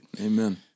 Amen